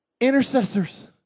Intercessors